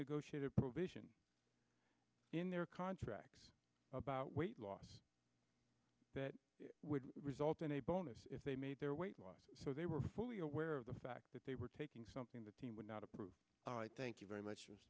negotiated provision in their contract about weight loss that would result in a bonus if they made their way so they were fully aware of the fact that they were taking something the team would not approve all right thank you very much